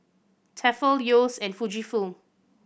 Tefal Yeo's and Fujifilm